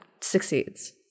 succeeds